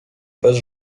bez